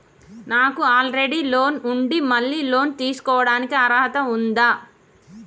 నాకు already loan ఉండి మళ్ళీ లోన్ తీసుకోవడానికి అర్హత ఉందా?